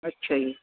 ਅੱਛਾ ਜੀ